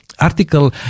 article